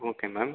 okay ma'am